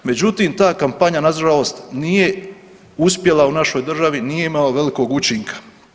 Međutim, ta kampanja na žalost nije uspjela u našoj državi, nije imala velikog učinka.